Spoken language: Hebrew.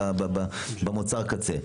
במוצר קצה.